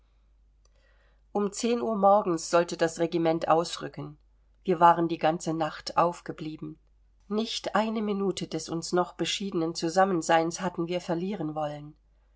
um zehn uhr morgens sollte das regiment ausrücken wir waren die ganze nacht aufgeblieben nicht eine minute des uns noch beschiedenen zusammenseins hatten wir verlieren wollen